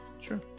Sure